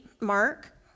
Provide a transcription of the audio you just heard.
mark